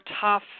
tough